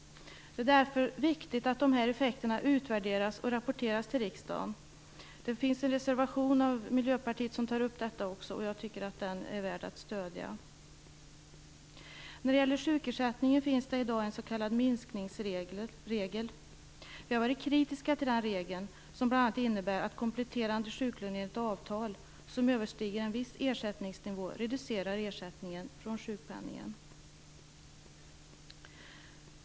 Det är därför viktigt att dessa effekter utvärderas och rapporteras till riksdagen. Det finns en reservation från Miljöpartiet där man tar upp detta. Jag tycker att den reservationen är värd att stödja. När det gäller sjukersättningen finns det i dag en s.k. minskningsregel. Vi har varit kritiska till den regeln, som bl.a. innebär att kompletterande sjuklön i ett avtal som överstiger en viss ersättningsnivå reducerar ersättningen från sjukpenningen.